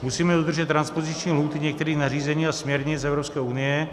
Musíme dodržet transpoziční lhůty některých nařízení a směrnic Evropské unie.